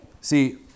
See